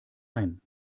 ein